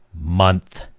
month